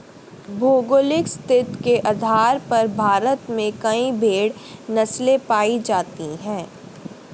भौगोलिक स्थिति के आधार पर भारत में कई भेड़ नस्लें पाई जाती हैं